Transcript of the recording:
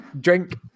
drink